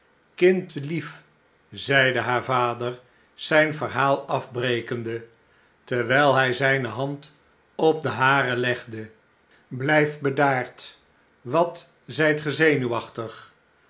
kindlief zeide haar vader zyn verhaal afbrekende terwyl hy zyne hand op de hare legde blyf bedaard wat zyt ge zenuwachtig